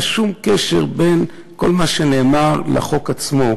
שום קשר בין כל מה שנאמר לחוק עצמו.